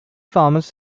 farmers